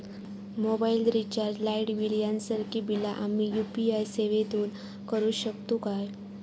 Mobile recharge, light bill यांसारखी बिला आम्ही यू.पी.आय सेवेतून करू शकतू काय?